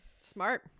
smart